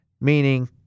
meaning